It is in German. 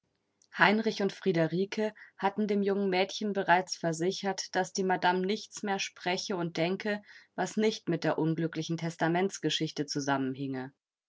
heinrich und friederike hatten dem jungen mädchen bereits versichert daß die madame nichts mehr spreche und denke was nicht mit der unglücklichen testamentsgeschichte zusammenhinge